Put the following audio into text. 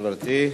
גברתי.